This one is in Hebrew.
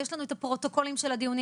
יש לנו את הפרוטוקולים של הדיונים.